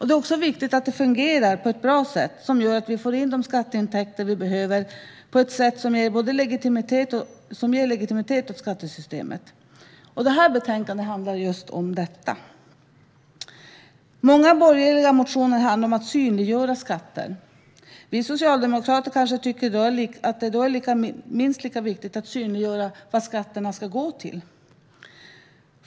Det är också viktigt att det fungerar på ett bra sätt som gör att vi får in de skatteintäkter vi behöver och på ett sätt som ger legitimitet åt skattesystemet. Det här betänkandet handlar just om detta. Många borgerliga motioner handlar om att synliggöra skatter. Vi socialdemokrater kanske tycker att det är minst lika viktigt att synliggöra vad skatterna ska gå till.